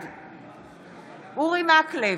בעד אורי מקלב,